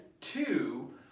two